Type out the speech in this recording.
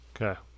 Okay